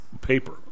paper